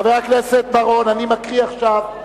חבר הכנסת בר-און, אני מקריא עכשיו.